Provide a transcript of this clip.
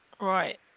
Right